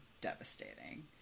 devastating